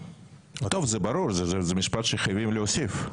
טוב, זה ברור, זה משפט שחייבים להוסיף.